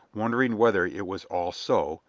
wondering whether it was all so,